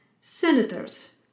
Senators